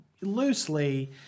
loosely